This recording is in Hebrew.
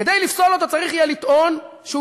כדי לפסול אותו צריך יהיה לטעון שהוא